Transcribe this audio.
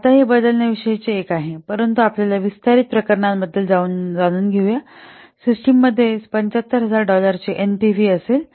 तर आता हे बदलण्याविषयीचे एक आहे परंतु आपण विस्तारित प्रकरणांबद्दल जाणून घेऊया प्रणालीकडे 75000 डॉलरची एनपीव्ही असेल